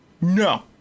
No